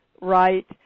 Right